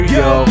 yo